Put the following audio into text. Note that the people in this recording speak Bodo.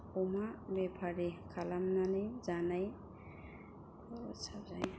अमा बेफारि खालामनानै जानाय